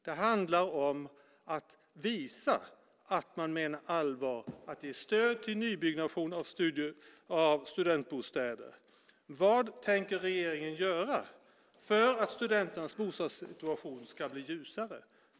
Det handlar om att visa att man menar allvar och ge stöd till nybyggnation av studentbostäder. Vad tänker regeringen göra för att studenternas bostadssituation ska bli ljusare?